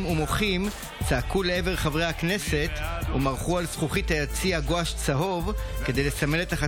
מליאת הכנסת תצא עכשיו להפסקה.